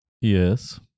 Yes